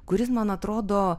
kuris man atrodo